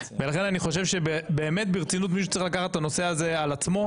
ולכן אני חושב שבאמת ברצינות מישהו צריך לקחת את הנושא הזה על עצמו.